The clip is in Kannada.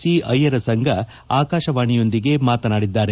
ಸಿ ಅಯ್ಯರಸಂಗ ಆಕಾಶವಾಣಿಯೊಂದಿಗೆ ಮಾತನಾಡಿದ್ದಾರೆ